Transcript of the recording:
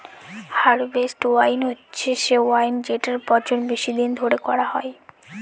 harvest wine হচ্ছে সে wine যেটার পচন বেশি দিন ধরে করা হয়